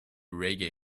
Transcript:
reggae